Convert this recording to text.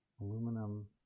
Aluminum